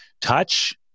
touch